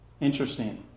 Interesting